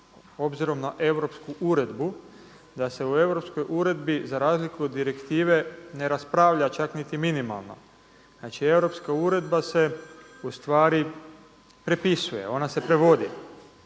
obzirom na europsku uredbu, da se u europskoj uredbi za razliku od direktive ne raspravlja čak niti minimalno. Znači europska uredba se ustvari prepisuje ona se prevodi